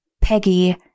Peggy